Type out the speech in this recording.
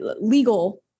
legal